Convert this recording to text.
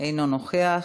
אינו נוכח.